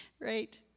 Right